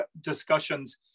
discussions